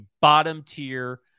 bottom-tier